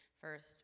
first